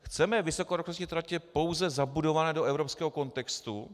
Chceme vysokorychlostní tratě pouze zabudované do evropského kontextu?